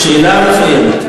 שאלה מצוינת.